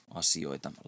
asioita